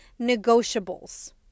negotiables